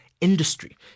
industry